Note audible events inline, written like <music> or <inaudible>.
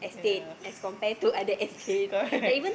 yeah <laughs> correct